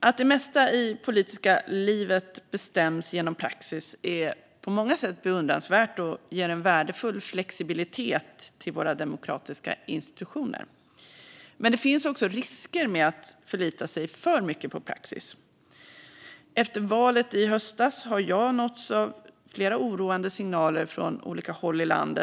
Att det mesta i det politiska livet bestäms genom praxis är på många sätt beundransvärt och ger en värdefull flexibilitet till våra demokratiska institutioner, men det finns också risker med att förlita sig för mycket på praxis. Efter valet i höstas har jag nåtts av oroande signaler från flera håll i landet.